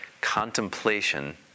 contemplation